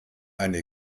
eine